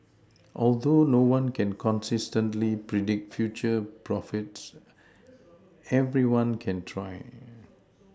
although no one can consistently predict future profits everyone can try